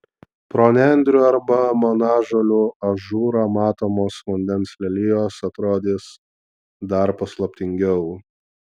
pro nendrių arba monažolių ažūrą matomos vandens lelijos atrodys dar paslaptingiau